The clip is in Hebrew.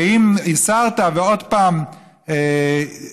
ואם הסרת ועוד פעם ציירו,